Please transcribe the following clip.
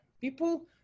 people